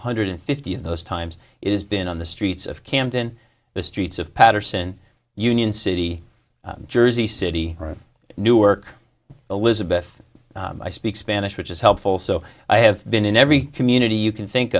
hundred fifty of those times it has been on the streets of camden the streets of paterson union city jersey city are newark elizabeth i speak spanish which is helpful so i have been in every community you can think